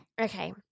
Okay